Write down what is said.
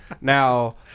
Now